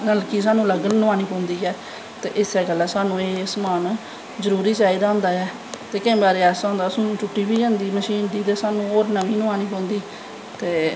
नलकी स्हानू अलग नुआनी पौंदी ऐ ते इस्सै गल्लां स्हानू एह् समान जरूरी चैाही दा होंदाा ऐ ते केंई बारी होंदा कि सूई टुट्टी बी जंदी मशीन दी ते स्हानू होर नमीं नुआनी पौंदी ते